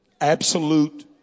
absolute